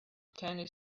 candy